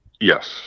Yes